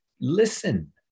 listen